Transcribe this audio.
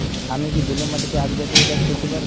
আমি কি বেলে মাটিতে আক জাতীয় চাষ করতে পারি?